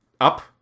up